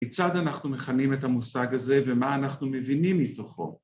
‫כיצד אנחנו מכנים את המושג הזה ‫ומה אנחנו מבינים מתוכו.